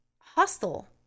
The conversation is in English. hostile